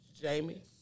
Jamie